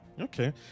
okay